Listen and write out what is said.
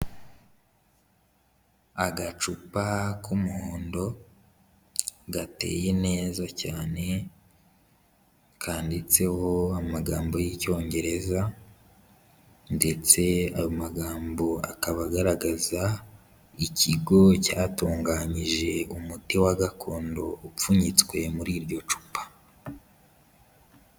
Agacupa k'umuhondo gateye neza cyane kanditseho amagambo y'icyongereza ndetse ayo magambo akaba agaragaza ikigo cyatunganyije umuti wa gakondo, upfunyitswe muri iryo cupa.